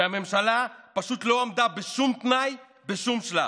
והממשלה פשוט לא עמדה בשום תנאי בשום שלב.